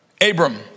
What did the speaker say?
Abram